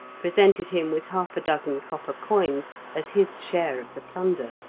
presented him with half a dozen copper coins as his share of the plunder.